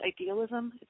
idealism